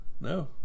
No